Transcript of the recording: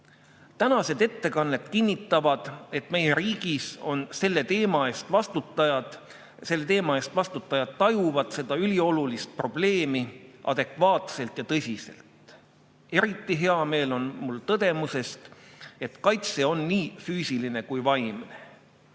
Tänased ettekanded kinnitavad, et meie riigis selle teema eest vastutajad tajuvad seda üliolulist probleemi adekvaatselt ja tõsiselt. Eriti hea meel on mul tõdemusest, et kaitse on nii füüsiline kui ka vaimne.